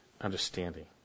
understanding